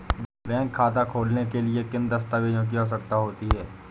Bank खाता खोलने के लिए किन दस्तावेजों की आवश्यकता होती है?